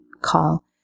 call